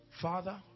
Father